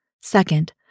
Second